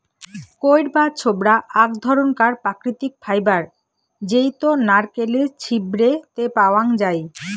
কইর বা ছোবড়া আক ধরণকার প্রাকৃতিক ফাইবার জেইতো নারকেলের ছিবড়ে তে পাওয়াঙ যাই